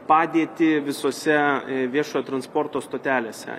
padėtį visose viešojo transporto stotelėse